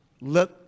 let